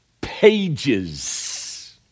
pages